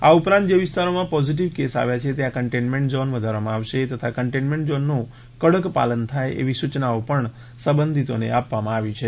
આ ઉપરાંત જે વિસ્તારોમાં પોઝિટિવ કેસ આવ્યા છે ત્યાં કન્ટેઈન્ટમેન્ટ ઝોન વધારવામાં આવશે તથા કન્ટેઈન્ટમેન્ટ ઝોનનું કડક પાલન થાય એવી સૂચનાઓ પણ સબંધિતોને આપવામાં આવી છે